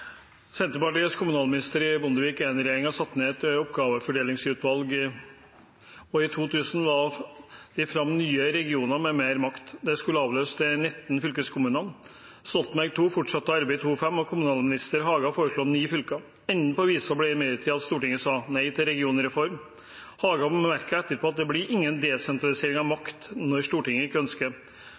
Senterpartiets kommunalminister i Bondevik I-regjeringen satte ned et oppgavefordelingsutvalg, og i 2000 la de fram nye regioner med mer makt. Det skulle avløse de 19 fylkeskommunene. Stoltenberg II fortsatte arbeidet i 2005, og daværende kommunalminister Haga foreslo ni fylker. Enden på visa ble imidlertid at Stortinget sa nei til regionreform. Haga bemerket etterpå at det blir ingen desentralisering av makt når Stortinget ikke ønsker